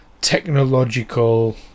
technological